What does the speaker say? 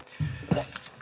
the mus